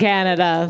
Canada